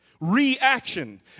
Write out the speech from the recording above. Reaction